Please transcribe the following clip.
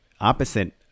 opposite